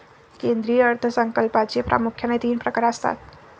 केंद्रीय अर्थ संकल्पाचे प्रामुख्याने तीन प्रकार असतात